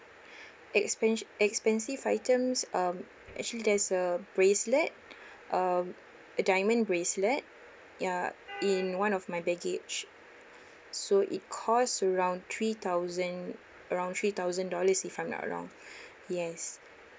expens~ expensive items um actually there's a bracelet um a diamond bracelet ya in one of my baggage so it cost around three thousand around three thousand dollars if I'm not wrong yes